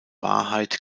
wahrheit